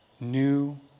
new